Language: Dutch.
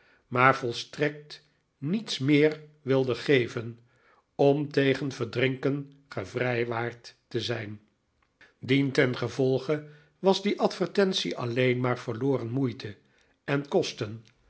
maar volstrekt niets meer wilde geven om tegen verdrinken gevrijwaard te zijn dientengevolge was die advertentie alleen maar verloren moeite en kosten